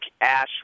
Ash